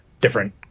different